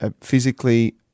physically